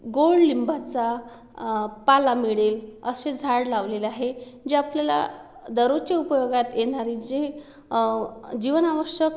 गोडलिंबाचा पाला मिळेल असे झाड लावलेले आहे जे आपल्याला दररोजच्या उपयोगात येणारी जे जीवनावश्यक